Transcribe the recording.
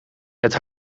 het